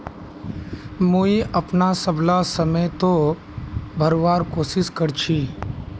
मुई अपनार सबला समय त भरवार कोशिश कर छि